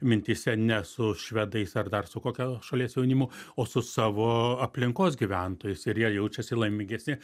mintyse ne su švedais ar dar su kokio šalies jaunimu o su savo aplinkos gyventojais ir jie jaučiasi laimingesni